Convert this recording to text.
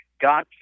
God